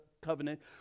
covenant